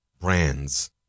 brands